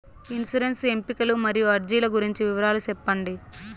insurance ఎంపికలు మరియు అర్జీల గురించి వివరాలు సెప్పండి